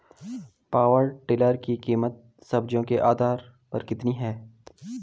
Power tiller की कीमत subsidy के आधार पर कितनी है?